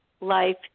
life